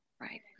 Right